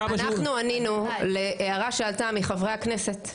אנחנו ענינו להערה שעלתה מחברי הכנסת,